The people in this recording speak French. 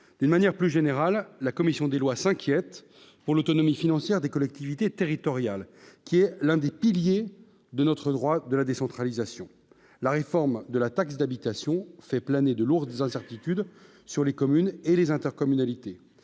d'une manière plus générale, la commission des lois, s'inquiète pour l'autonomie financière des collectivités territoriales, qui est l'un des piliers de notre droit de la décentralisation, la réforme de la taxe d'habitation fait planer de lourdes incertitudes sur les communes et les intercommunalités